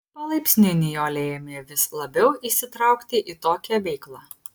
palaipsniui nijolė ėmė vis labiau įsitraukti į tokią veiklą